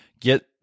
Get